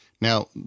Now